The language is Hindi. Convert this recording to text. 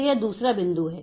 तो यह दूसरा बिंदु है